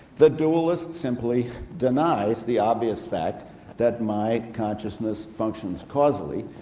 the dualist simply denies the obvious fact that my consciousness functions causally,